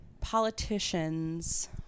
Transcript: politicians